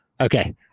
okay